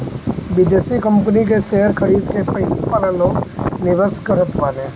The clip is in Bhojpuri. विदेशी कंपनी कअ शेयर खरीद के पईसा वाला लोग निवेश करत बाने